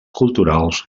culturals